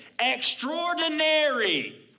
Extraordinary